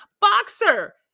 Boxer